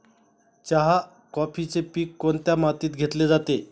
चहा, कॉफीचे पीक कोणत्या मातीत घेतले जाते?